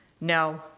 No